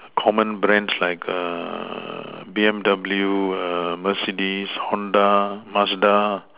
common Brands like err B_M_W err mercedes Honda Mazda